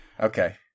Okay